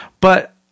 But-